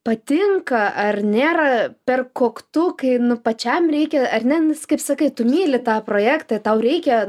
patinka ar nėra per koktu kai pačiam reikia ar ne kaip sakai tu myli tą projektą tau reikia